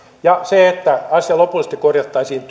ja asia lopullisesti korjattaisiin